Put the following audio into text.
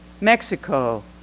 Mexico